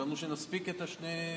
חשבנו שנספיק את שני אלה.